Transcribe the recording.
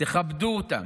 תכבדו אותם,